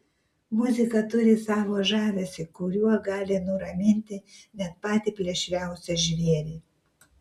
muzika turi savo žavesį kuriuo gali nuraminti net patį plėšriausią žvėrį